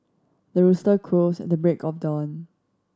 the rooster crows at the break of dawn